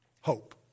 Hope